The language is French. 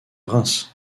reims